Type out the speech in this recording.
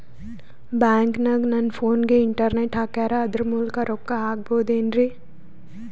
ಬ್ಯಾಂಕನಗ ನನ್ನ ಫೋನಗೆ ಇಂಟರ್ನೆಟ್ ಹಾಕ್ಯಾರ ಅದರ ಮೂಲಕ ರೊಕ್ಕ ಹಾಕಬಹುದೇನ್ರಿ?